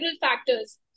factors